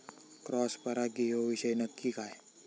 Cross परागी ह्यो विषय नक्की काय?